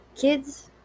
Kids